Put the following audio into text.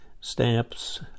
stamps